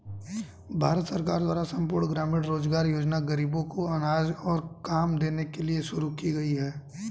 भारत सरकार द्वारा संपूर्ण ग्रामीण रोजगार योजना ग़रीबों को अनाज और काम देने के लिए शुरू की गई है